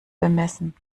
bemessen